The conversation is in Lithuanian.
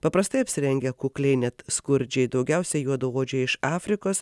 paprastai apsirengę kukliai net skurdžiai daugiausia juodaodžiai iš afrikos